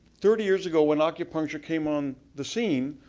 thirty years ago when acupuncture came on the scene.